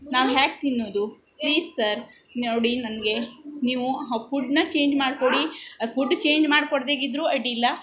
ನಾವು ಹ್ಯಾಗೆ ತಿನ್ನೋದು ಪ್ಲೀಸ್ ಸರ್ ನೋಡಿ ನನಗೆ ನೀವು ಫುಡ್ಡನ್ನ ಚೇಂಜ್ ಮಾಡಿಕೊಡಿ ಫುಡ್ ಚೇಂಜ್ ಮಾಡ್ಕೊಡ್ದೆಯಿದ್ರು ಅಡ್ದಿಲ್ಲ